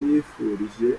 yifurije